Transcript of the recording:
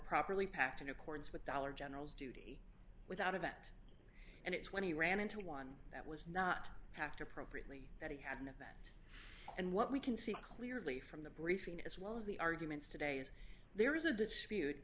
properly packed in accordance with dollar general's duty with out of that and it's when he ran into one that was not have to appropriately that he had that and what we can see clearly from the briefing as well as the arguments today is there is a dispute